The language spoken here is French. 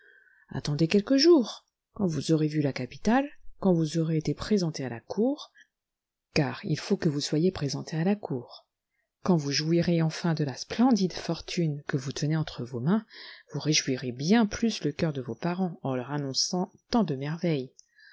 attendez quelques jours quand vous aurez vu la capitale quand vous aurez été présenté à la cour car il faut que vous soyez présenté à la cour quafnd vous jouirez enlin de la splendide fortune que vous tenez entre vos mains vous réjouirez bien plus le cœur de vos parents en leur annonçant tant de merveilles